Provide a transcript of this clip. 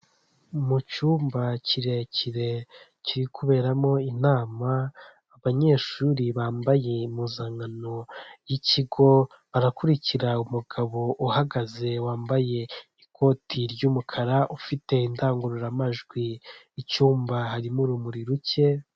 Mu cyumba kirekire kiri kuberamo inama abanyeshuri bambaye impuzankano y'ikigo barakurikira umugabo uhagaze wambaye ikoti ry'umukara, ufite indangururamajwi icyumba harimo urumuri ruke.